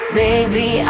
baby